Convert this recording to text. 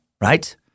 right